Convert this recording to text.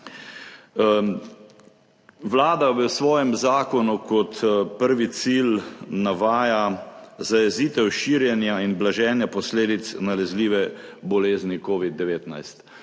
Vlada v svojem zakonu kot prvi cilj navaja zajezitev širjenja in blaženja posledic nalezljive bolezni Covid-19.